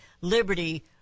liberty